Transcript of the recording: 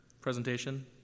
presentation